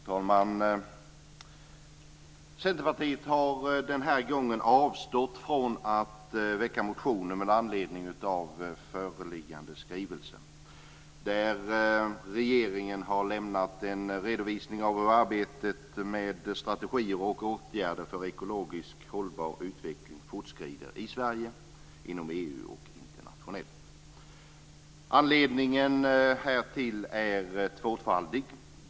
Fru talman! Centerpartiet har den här gången avstått från att väcka motioner med anledning av föreliggande skrivelse. Där har regeringen lämnat en redovisning av hur arbetet med strategier och åtgärder för en ekologiskt hållbar utveckling fortskrider i Sverige, inom EU och internationellt. Anledningen härtill är tvåfaldig.